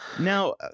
Now